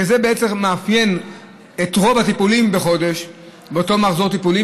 שזה מאפיין את רוב הטיפולים בחודש באותו מחזור טיפולים.